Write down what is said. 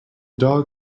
dog